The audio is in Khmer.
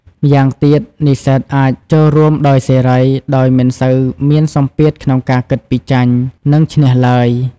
ម្យ៉ាងទៀត និស្សិតអាចចូលរួមដោយសេរី ដោយមិនសូវមានសម្ពាធក្នុងការគិតពីចាញ់ និងឈ្នះឡើយ។